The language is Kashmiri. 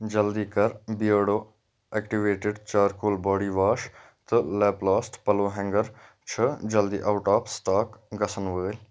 جلدی کر Beardo activated charcoal body wash تہٕ لیپلاسٹ پلو ہینٛگر چھِ جلدی آوُٹ آف سٹاک گژھن وٲلۍ